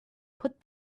put